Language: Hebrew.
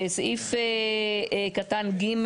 סעיף קטן (ג),